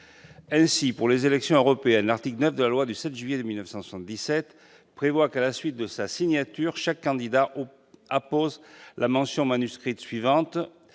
Ainsi, pour les élections européennes, l'article 9 de loi du 7 juillet 1977 prévoit que, à la suite de sa signature, « chaque candidat appose la mention manuscrite suivante